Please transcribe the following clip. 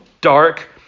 dark